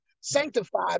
sanctified